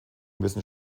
müssen